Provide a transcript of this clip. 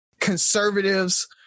conservatives